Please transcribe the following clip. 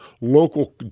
local